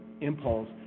impulse